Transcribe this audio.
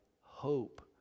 hope